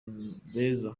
beza